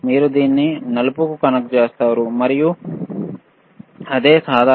మీరు దీన్ని నలుపుకు కనెక్ట్ చేస్తారు మరియు అదే సాధారణమైనది